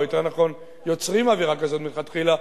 או יותר נכון יוצרים אווירה כזאת מלכתחילה,